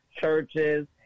churches